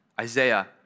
Isaiah